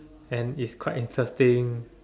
and it's quite interesting